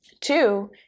Two